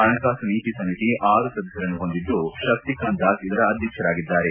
ಹಣಕಾಸು ನೀತಿ ಸಮಿತಿ ಆರು ಸದಸ್ಕರನ್ನು ಹೊಂದಿದ್ದು ಶಕ್ತಿಕಾಂತ್ ದಾಸ್ ಇದರ ಅಧ್ಯಕ್ಷರಾಗಿದ್ದಾರೆ